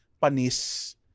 panis